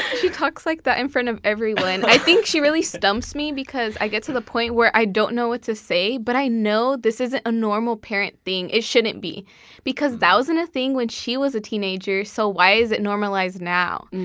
she talks like that in front of everyone! i think she really stumps me because i get to the point where i don't know what to say, but i know this isn't a normal parent thing. it shouldn't be because that wasn't a thing when she was a teenager, so why is it normalized now?